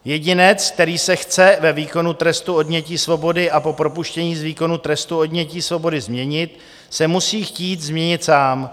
Jedinec, který se chce ve výkonu trestu odnětí svobody a po propuštění z výkonu trestu odnětí svobody změnit, se musí chtít změnit sám.